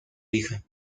hija